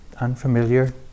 unfamiliar